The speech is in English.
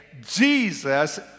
Jesus